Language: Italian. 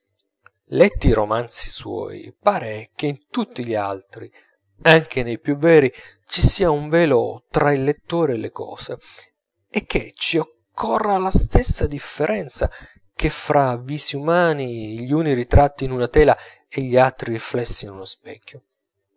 letti i romanzi suoi pare che in tutti gli altri anche nei più veri ci sia un velo tra il lettore e le cose e che ci corra la stessa differenza che fra visi umani gli uni ritratti in una tela e gli altri riflessi in uno specchio